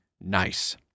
Nice